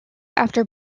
after